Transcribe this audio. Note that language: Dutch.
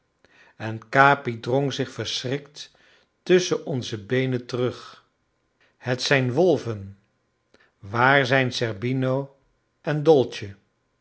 en capi drong zich verschrikt tusschen onze beenen terug het zijn wolven waar zijn zerbino en dolce